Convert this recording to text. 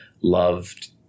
loved